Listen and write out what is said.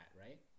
right